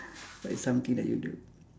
what is something that you do